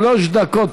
שלוש דקות.